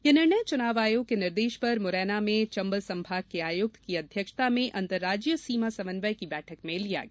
यह निर्णय चुनाव आयोग के निर्देश पर मुरैना मे चंबल संभाग के आयुक्त की अध्यक्षता में अन्तर्राजीय सीमा समन्वय की बैठक में लिया गया